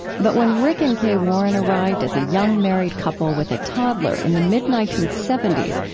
but when rick and kay warren arrived as a young married couple with a toddler in the mid nineteen seventy s,